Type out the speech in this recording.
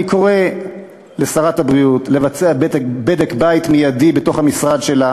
אני קורא לשרת הבריאות לבצע בדק-בית מיידי בתוך המשרד שלה